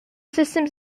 systems